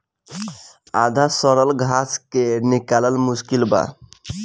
आधा सड़ल घास के निकालल मुश्किल बा